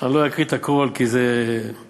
אני לא אקריא את הכול, כי זה מקומם.